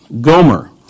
Gomer